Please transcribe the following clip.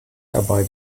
dabei